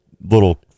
little